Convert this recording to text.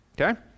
okay